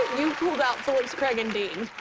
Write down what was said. you pulled out phillips, craig and dean.